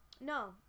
No